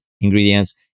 ingredients